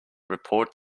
report